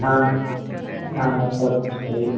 हाँ हाँ सब कुछ चाहिए